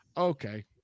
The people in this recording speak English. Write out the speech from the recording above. Okay